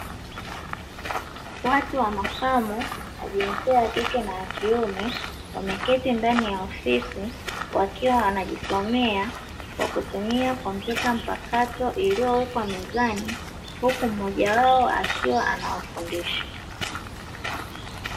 Watu wa makamo wa jinsia ya kike na ya kiume wameketi ndani ya ofisi wakiwa wanajisomea kwa kutumia kompyuta mpakato iliyowekwa mezani, huku mmoja wao akiwa anawafundisha.